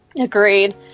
Agreed